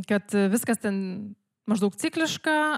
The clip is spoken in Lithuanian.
kad viskas ten maždaug cikliška